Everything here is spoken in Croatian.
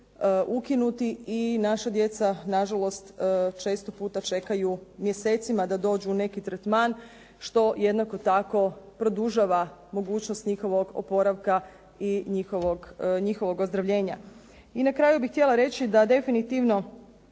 ukinuti i naša djeca nažalost često puta čekaju mjesecima da dođu u neki tretman što jednako tako produžava mogućnost njihovog oporavka i njihovog ozdravljenja. I na kraju bih htjela reći da definitivno